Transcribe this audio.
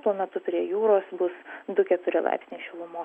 tuo metu prie jūros bus du keturi laipsniai šilumos